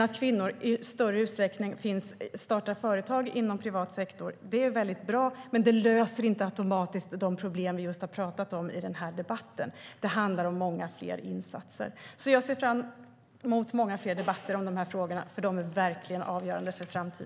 Att kvinnor i större utsträckning startar företag inom privat sektor är mycket bra, men det löser inte automatiskt de problem som vi just har talat om i denna debatt. Det handlar om många fler insatser. Jag ser fram emot många fler debatter om dessa frågor eftersom de verkligen är avgörande för framtiden.